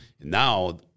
Now